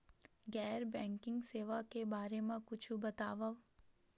गैर बैंकिंग सेवा के बारे म कुछु बतावव?